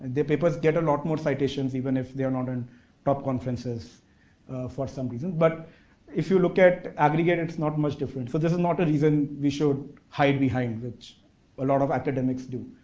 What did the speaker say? their papers get a lot more citations even if they're not on top conferences for some reason but if you look at aggregate, it's not much different. so, this is not a reason we should hide behind which a lot of academics do.